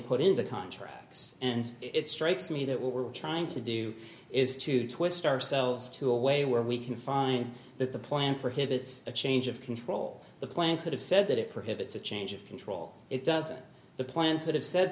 put into contracts and it strikes me that what we're trying to do is to twist ourselves to a way where we can find that the plan for him it's a change of control the plane could have said that it prohibits a change of control it doesn't the plant could have said